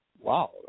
Wow